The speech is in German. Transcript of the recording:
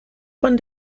von